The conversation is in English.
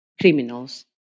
criminals